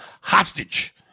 hostage